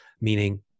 meaning